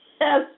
yes